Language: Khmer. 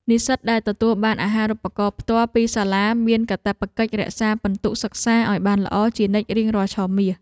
និស្សិតដែលទទួលបានអាហារូបករណ៍ផ្ទាល់ពីសាលាមានកាតព្វកិច្ចរក្សាពិន្ទុសិក្សាឱ្យបានល្អជានិច្ចរៀងរាល់ឆមាស។